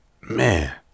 man